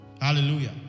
Hallelujah